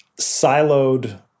siloed